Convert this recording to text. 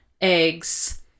eggs